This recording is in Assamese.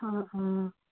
অঁ অঁ